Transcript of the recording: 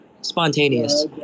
spontaneous